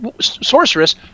sorceress